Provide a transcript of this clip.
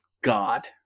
god